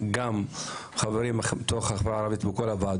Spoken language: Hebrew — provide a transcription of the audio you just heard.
למדוד במספרים כדי להבין כמה חינוך מדעי חשוב לכלכלת